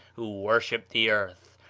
who worshipped the earth,